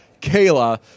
Kayla